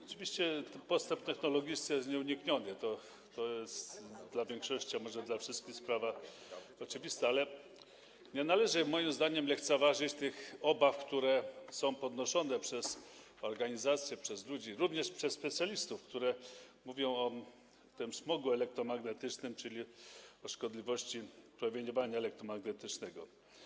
Oczywiście postęp technologiczny jest nieunikniony, to jest dla większości, a może dla wszystkich sprawa oczywista, ale nie należy, moim zdaniem, lekceważyć obaw, które są podnoszone przez organizacje, przez ludzi, również przez specjalistów, które mówią o smogu elektromagnetycznym, czyli o szkodliwości promieniowania elektromagnetycznego.